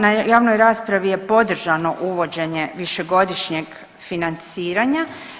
Na javnoj raspravi je podržano uvođenje višegodišnjeg financiranja.